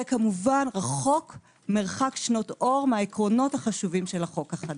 כמובן רחוק מרחק שנות אור מהעקרונות החשובים של החוק החדש.